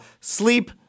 Sleep